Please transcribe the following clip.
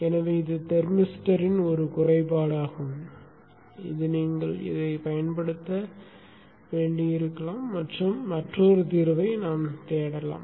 எனவே இது தெர்மிஸ்டரின் ஒரு குறைபாடு ஆகும் இது நீங்கள் இதை பயன்படுத்த வேண்டியிருக்கலாம் அல்லது மற்றொரு தீர்வைத் தேடலாம்